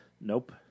Nope